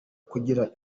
kugirira